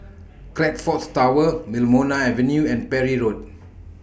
Crockfords Tower Wilmonar Avenue and Parry Road